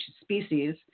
species